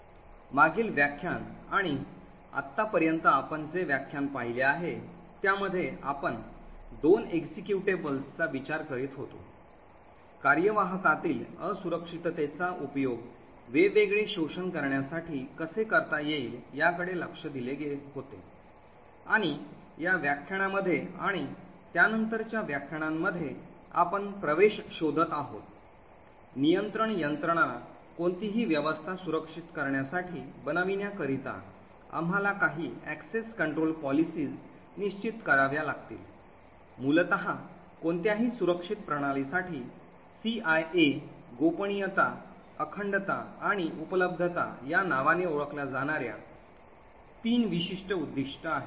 मागील व्याख्यान आणि आतापर्यंत आपण जे व्याख्यान पाहिले आहे त्यामध्ये आपण दोन एक्झिक्युटेबल executables चा विचार करीत होतो कार्यवाहकातील असुरक्षिततेचा उपयोग वेगवेगळे शोषण करण्यासाठी कसे करता येईल याकडे लक्ष दिले होते आणि या व्याख्यानामध्ये आणि त्यानंतरच्या व्याख्यानांमध्ये आपण प्रवेश शोधत आहोत नियंत्रण यंत्रणा कोणतीही व्यवस्था सुरक्षित करण्यासाठी बनविण्याकरिता आम्हाला काही access control policies निश्चित कराव्या लागतील मूलत कोणत्याही सुरक्षित प्रणालीसाठी सीआयए गोपनीयता अखंडता आणि उपलब्धता या नावाने ओळखल्या जाणार्या तीन विशिष्ट उद्दीष्टे आहेत